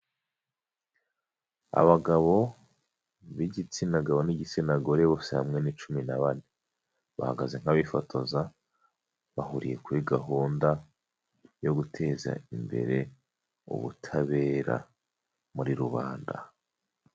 Abagabo bigitsina gabo n'igitsina gore bose hamwe ni cumi na bane bahagaze nk'abifotoza bahuriye kuri gahunda yo guteza imbere ubutabera muri rubanda.